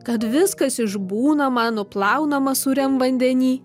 kad viskas išbūnama nuplaunama sūriam vandeny